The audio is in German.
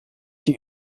die